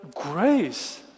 Grace